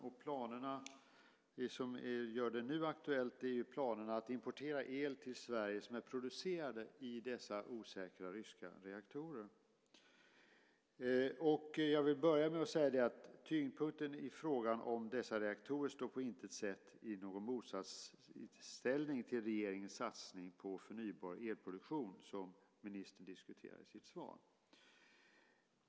Det som nu gör frågan aktuell är planerna att importera el till Sverige som producerats i de osäkra ryska reaktorerna. Jag vill också säga att tyngdpunkten i frågan om dessa reaktorer på intet sätt står i motsatsställning till regeringens satsning på förnybar elproduktion, som ministern diskuterar i sitt svar.